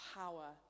power